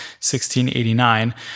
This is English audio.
1689